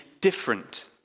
different